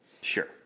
Sure